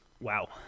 wow